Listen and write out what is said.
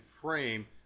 frame